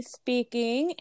speaking